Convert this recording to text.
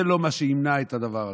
זה לא מה שימנע את הדבר הזה.